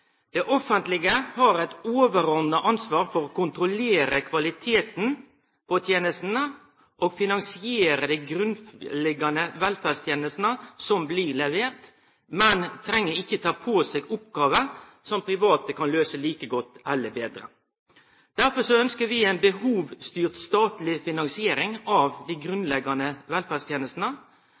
Det offentlege har eit overordna ansvar for å kontrollere kvaliteten på tenestene og finansiere dei grunnleggjande velferdstenestene som blir leverte, men treng ikkje ta på seg oppgåver som private kan løyse like godt eller betre. Derfor ønskjer vi ei behovsstyrt statleg finansiering av dei grunnleggjande velferdstenestene.